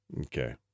okay